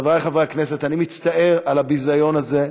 חברי חברי הכנסת, שאני מצטער על הביזיון הזה,